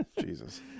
Jesus